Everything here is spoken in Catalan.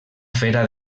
fera